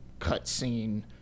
cutscene